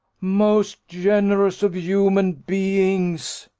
most generous of human beings!